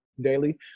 daily